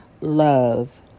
love